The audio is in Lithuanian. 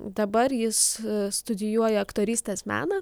dabar jis studijuoja aktorystės meną